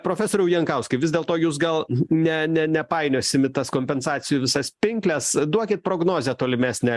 profesoriau jankauskai vis dėlto jūs gal ne ne nepainiosim į tas kompensacijų visas pinkles duokit prognozę tolimesnę